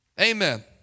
Amen